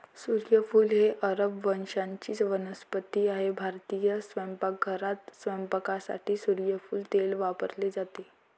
सूर्यफूल ही अरब वंशाची वनस्पती आहे भारतीय स्वयंपाकघरात स्वयंपाकासाठी सूर्यफूल तेल वापरले जाते